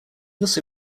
also